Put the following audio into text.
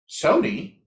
Sony